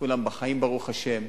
כולם חיים, ברוך השם,